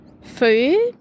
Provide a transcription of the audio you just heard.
food